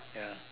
ya